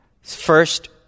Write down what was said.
first